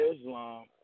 Islam